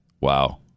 Wow